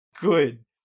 good